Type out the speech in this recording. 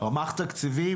רמ"ח תקציבים